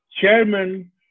chairman